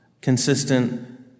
consistent